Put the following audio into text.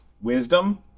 wisdom